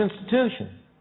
Institution